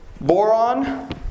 boron